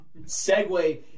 segue